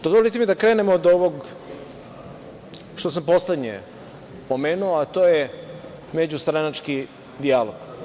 Dozvolite mi da krenem od ovog što sam poslednje pomenuo, a to je međustranački dijalog.